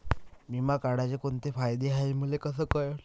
बिमा काढाचे कोंते फायदे हाय मले कस कळन?